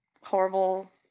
horrible